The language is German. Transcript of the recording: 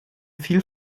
viel